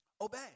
Obey